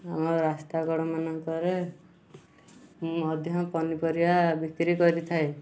ଆମର ରାସ୍ତା କଡ଼ ମାନଙ୍କରେ ମଧ୍ୟ ପନିପରିବା ବିକ୍ରି କରିଥାଏ